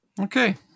Okay